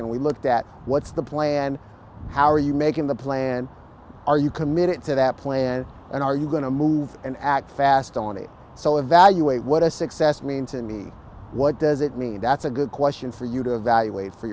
and we looked at what's the plan how are you making the plan are you committed to that plan and are you going to move and act fast on it so evaluate what a success means to me what does it mean that's a good question for you to evaluate for